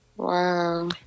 Wow